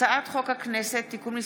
הצעת חוק הכנסת (תיקון מס'